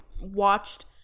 watched